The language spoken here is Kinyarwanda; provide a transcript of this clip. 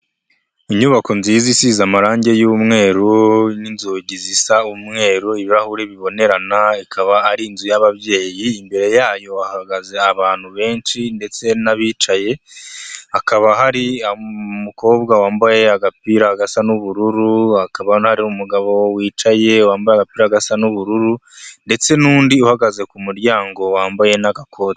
Inyubako nziza isize amarange y'umweru n'inzugi zisa umweru, ibirahure bibonerana, ikaba ari inzu y'ababyeyi, imbere yayo hahagaze abantu benshi ndetse n'abicaye, hakaba hari umukobwa wambaye agapira gasa n'ubururu, hakaba hari umugabo wicaye wambaye agapira gasa n'ubururu ndetse n'undi uhagaze ku muryango wambaye n'agakoti.